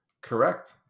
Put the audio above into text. correct